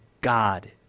God